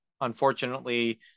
Unfortunately